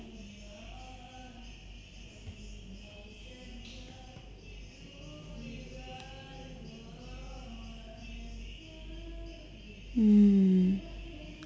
mm